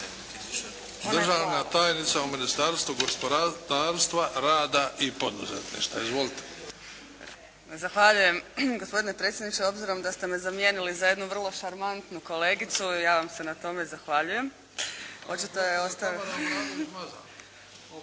državna tajnica u Ministarstvu gospodarstva, rada i poduzetništva. Izvolite. **Obradović Mazal, Tamara** Zahvaljujem gospodine predsjedniče. Obzirom da ste me zamijenili za jednu vrlo šarmantnu kolegicu ja vam se na tome zahvaljujem.